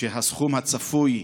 שהסכום הצפוי,